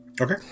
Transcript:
Okay